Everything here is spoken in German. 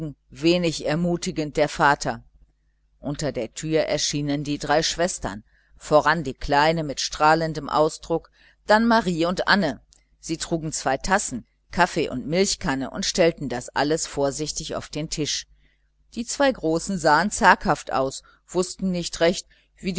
wenig ermutigend der vater unter der türe erschienen die drei schwestern voran die kleine mit strahlendem ausdruck dann marie und anne sie trugen zwei tassen kaffee und milchkanne und stellten das alles vorsichtig auf den tisch die zwei großen sahen zaghaft aus wußten nicht recht